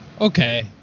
Okay